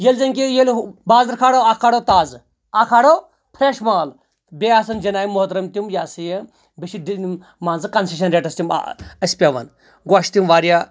ییٚلہِ زَن کہِ ییٚلہِ بازرٕ کھارو اکھ کھارو تازٕ اکھ کھارو فریٚش مال بیٚیہِ آسان جِناب محترم تِم یہِ ہسا یہِ بیٚیہِ چھِ منٛزٕ کَنسیشن ریٹس تہِ اَسہِ پیٚوان گوٚو اَسہِ چھِ تِم واریاہ